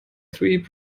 three